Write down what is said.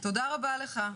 תודה רבה לך,